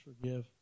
forgive